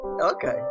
Okay